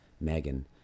Megan